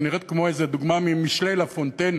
שנראית כמו איזה דוגמה ממשלי לה פונטיין,